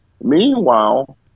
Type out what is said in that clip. Meanwhile